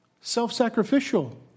self-sacrificial